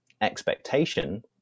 expectation